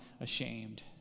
ashamed